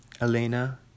elena